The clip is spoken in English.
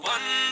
One